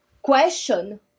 question